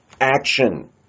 action